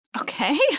Okay